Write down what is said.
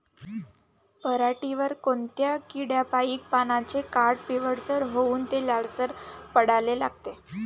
पऱ्हाटीवर कोनत्या किड्यापाई पानाचे काठं पिवळसर होऊन ते लालसर पडाले लागते?